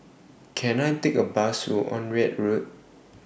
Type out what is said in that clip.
Can I Take A Bus to Onraet Road